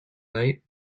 night